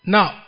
Now